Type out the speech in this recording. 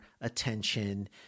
attention